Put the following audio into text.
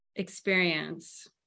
Experience